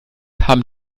haben